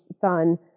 son